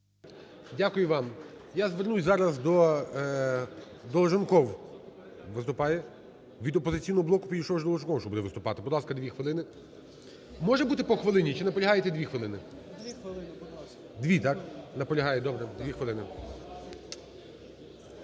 Дякую вам. Я звернусь зараз до… Долженков виступає. Від "Опозиційного блоку" підійшов же Долженков, що буде виступати. Будь ласка, 2 хвилини. Може бути по хвилині чи наполягаєте 2 хвилини? Дві, так. Наполягає. Добре, 2 хвилини.